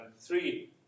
three